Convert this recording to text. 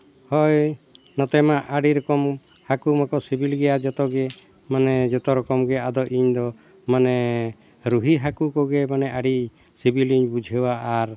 ᱦᱳᱭ ᱱᱚᱛᱮ ᱢᱟ ᱟᱹᱰᱤ ᱨᱚᱠᱚᱢ ᱦᱟᱹᱠᱩ ᱢᱟᱠᱚ ᱥᱤᱵᱤᱞ ᱜᱮᱭᱟ ᱡᱚᱛᱚ ᱜᱮ ᱢᱟᱱᱮ ᱡᱚᱛᱚ ᱨᱚᱠᱚᱢ ᱜᱮ ᱟᱫᱚ ᱤᱧᱫᱚ ᱢᱟᱱᱮ ᱨᱩᱦᱤ ᱦᱟᱹᱠᱩ ᱠᱚᱜᱮ ᱢᱟᱱᱮ ᱟᱹᱰᱤ ᱥᱤᱵᱤᱞᱤᱧ ᱵᱩᱡᱷᱟᱹᱣᱟ ᱟᱨ